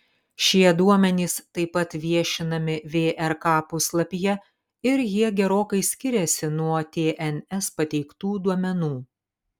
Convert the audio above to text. šie duomenys taip pat viešinami vrk puslapyje ir jie gerokai skiriasi nuo tns pateiktų duomenų